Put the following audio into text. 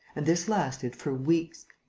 and this lasted for weeks.